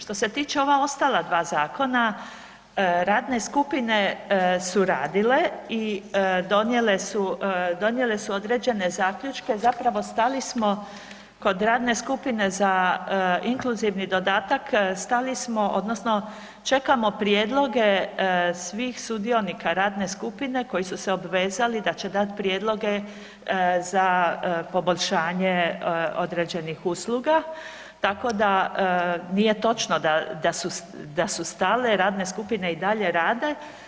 Što se tiče ova ostala dva zakona radne skupine su radile i donijele su određene zaključke, zapravo stali smo kod radne skupine za inkluzivni dodatak, čekamo prijedloge svih sudionika radne skupine koji su se obvezali da će dati prijedloge za poboljšanje određenih usluga, tako da nije točno da su stale, radne skupine i dalje rade.